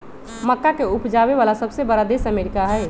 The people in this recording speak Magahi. मक्का के उपजावे वाला सबसे बड़ा देश अमेरिका हई